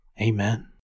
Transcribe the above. amen